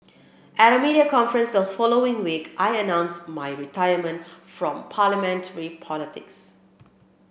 at a media conference the following week I announced my retirement from Parliamentary politics